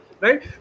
right